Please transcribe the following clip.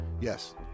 Yes